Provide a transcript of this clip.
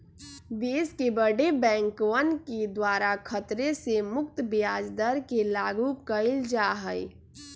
देश के बडे बैंकवन के द्वारा खतरे से मुक्त ब्याज दर के लागू कइल जा हई